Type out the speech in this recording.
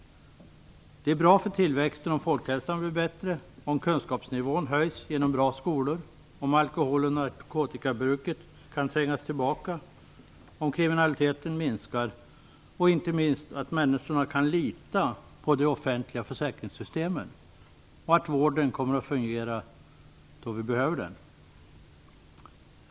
Det är bra för tillväxten om folkhälsan blir bättre, om kunskapsnivån höjs genom bra skolor, om alkohol och narkotikabruket kan trängas tillbaka, om kriminaliteten minskar och inte minst om människorna kan lita på de offentliga försäkringssystemen och på att vården kommer att fungera då vi behöver den.